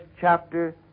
chapter